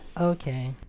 Okay